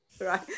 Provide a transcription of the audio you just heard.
right